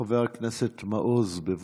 חבר הכנסת מעוז, בבקשה.